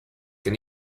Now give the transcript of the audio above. can